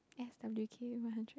S_W_Q one hundred